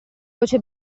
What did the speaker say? voce